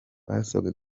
basabwe